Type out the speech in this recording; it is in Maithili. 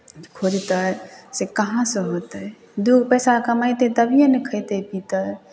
खोजतै से कहाँसँ होतै दू गो पैसा कमेतै तभिए ने खयतै पीतै